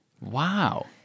Wow